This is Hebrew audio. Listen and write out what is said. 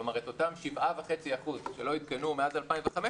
כלומר אותם 7.5% שלא עדכנו מאז 2015,